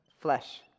flesh